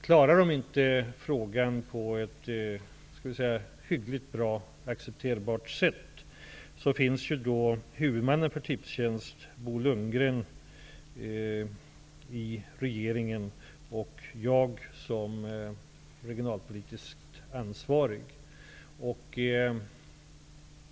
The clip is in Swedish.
Om de inte klarar frågan på ett hyggligt acceptabelt sätt, så finns huvudmannen för Tipstjänst, Bo Lundgren, och jag själv, som är regionalpolitiskt ansvarig, i regeringen.